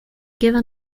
queda